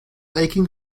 aching